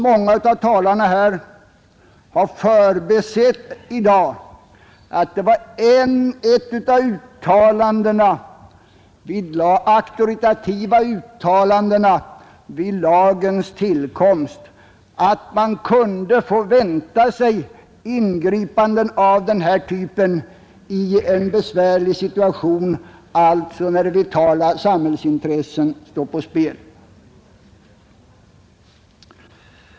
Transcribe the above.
Många av talarna här i dag tycks ha förbisett att ett av de auktoritativa uttalanden som gjordes vid lagens tillkomst var, att man kunde få vänta sig ingripanden av denna typ i en besvärlig situation; alltså när vitala samhällsintressen står på spel.